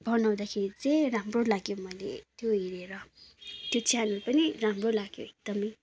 बनाउदाखेरि चाहिँ राम्रो लाग्यो मैले त्यो हेरेर त्यो च्यानल पनि राम्रो लाग्यो एकदमै